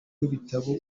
w’ibitabo